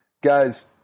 Guys